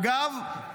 אגב,